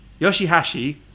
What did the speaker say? Yoshihashi